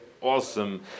awesome